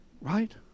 Right